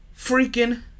freaking